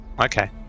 Okay